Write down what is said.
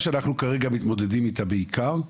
הבעיה שאנחנו כרגע מתמודדים איתה בעיקר,